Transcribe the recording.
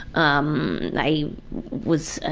um i was, ah